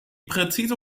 präzise